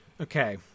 okay